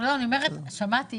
שמעתי,